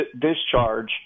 discharge